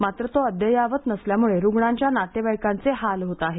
मात्र तो अद्ययावत नसल्यामुळे रुग्णाच्या नातेवाईकांचे हाल होत आहेत